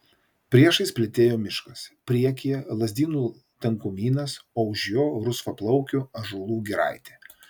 priešais plytėjo miškas priekyje lazdynų tankumynas už jo rusvaplaukių ąžuolų giraitė